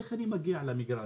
איך אני מגיע למגרש?